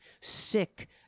sick